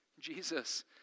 Jesus